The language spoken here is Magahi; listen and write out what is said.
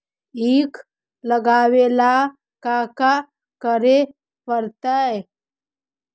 ईख लगावे ला का का करे पड़तैई?